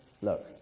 look